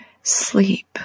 sleep